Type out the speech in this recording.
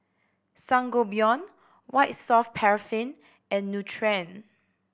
Sangobion White Soft Paraffin and Nutren